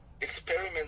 experiment